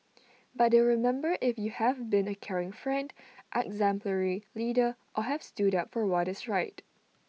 but they'll remember if you have been A caring friend exemplary leader or have stood up for what is right